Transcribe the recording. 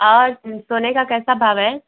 और सोने का कैसा भाव है